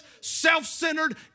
Self-centered